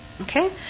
Okay